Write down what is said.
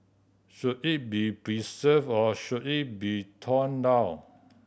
should it be preserved or should it be torn down